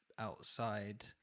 outside